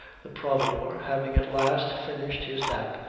the providore, having at last finished his nap,